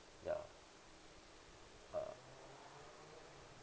ya uh